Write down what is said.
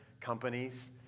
companies